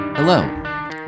Hello